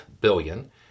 billion